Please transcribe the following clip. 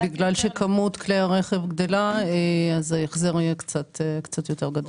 בגלל שכמות כלי הרכב גדלה אז ההחזר יהיה קצת יותר גדול.